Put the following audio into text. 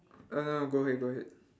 uh go ahead go ahead